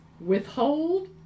withhold